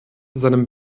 seinem